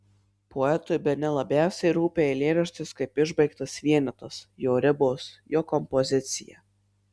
poetui bene labiausiai rūpi eilėraštis kaip išbaigtas vienetas jo ribos jo kompozicija